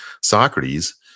socrates